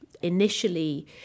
Initially